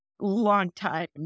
longtime